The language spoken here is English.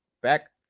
back